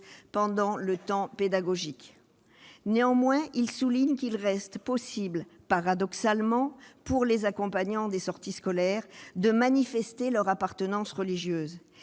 pendant le temps pédagogique. Néanmoins, le Conseil d'État souligne qu'il reste paradoxalement possible pour les accompagnants des sorties scolaires de manifester leur appartenance religieuse.